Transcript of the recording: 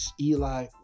Eli